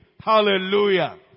Hallelujah